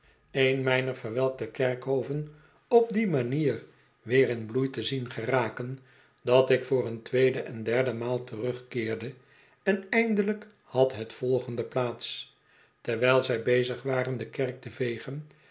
duijft verwelkte kerkhoven op die manier weer in bloei te zien geraken dat ik voor een tweede en derde maal terugkeerde en eindelijk had het volgende plaats terwijl zij bezig waren de kerk te vegen